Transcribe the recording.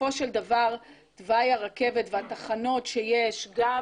בסופו של דבר תוואי הרכבת והתחנות שיש גם